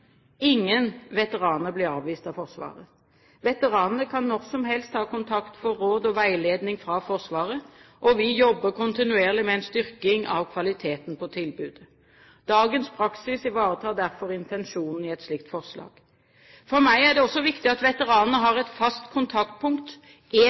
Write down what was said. Ingen veteraner blir avvist av Forsvaret. Veteranene kan når som helst ta kontakt med Forsvaret for råd og veiledning, og vi jobber kontinuerlig med en styrking av kvaliteten på tilbudet. Dagens praksis ivaretar derfor intensjonen i et slikt forslag. For meg er det også viktig at veteranene har